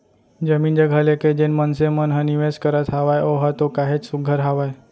जमीन जघा लेके जेन मनसे मन ह निवेस करत हावय ओहा तो काहेच सुग्घर हावय